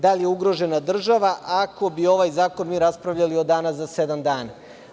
Da li je ugrožena država, ako bi ovaj zakon mi raspravljali od danas za sedam?